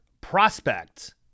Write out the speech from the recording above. prospects